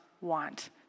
want